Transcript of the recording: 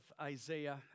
Isaiah